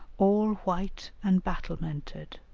all white and battlemented.